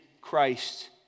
Christ